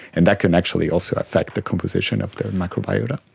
and that can actually also affect the composition of the and microbiota.